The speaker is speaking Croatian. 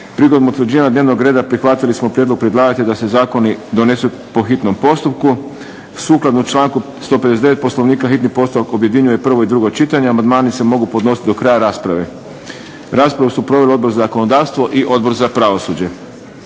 Prigodom utvrđivanja dnevnog reda prihvatili smo prijedlog predlagatelja da se Zakoni donesu po hitnom postupku. Sukladno članku 159. Poslovnika hitni postupak objedinjuje prvo i drugo čitanje, amandmani se mogu podnositi do kraja rasprave. Raspravu su proveli Odbor za zakonodavstvo i Odbor za pravosuđe.